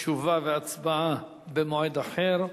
תשובה והצבעה במועד אחר.